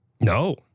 No